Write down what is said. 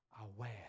aware